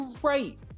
great